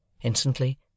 Instantly